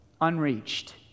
unreached